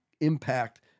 impact